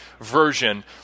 version